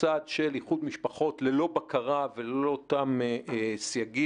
בצעד של איחוד משפחות ללא בקרה וללא אותם סייגים,